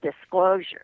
disclosure